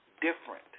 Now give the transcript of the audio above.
different